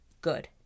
good